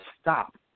stop